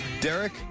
Derek